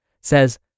says